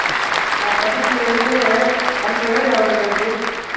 పెద్ద టీవీ అయితే నలభై వేలు అవుతుంది అండి